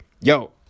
yo